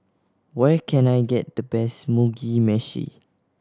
where can I get the best Mugi Meshi